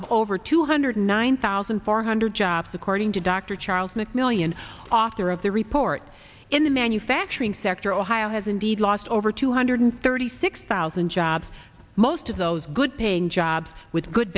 of over two hundred nine thousand four hundred jobs according to dr charles mcmillian author of the report in the manufacturing sector ohio has indeed lost over two hundred thirty six thousand jobs most of those good paying jobs with good